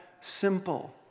simple